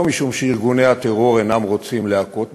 לא משום שארגוני הטרור אינם רוצים להכות בנו,